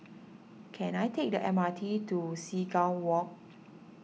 can I take the M R T to Seagull Walk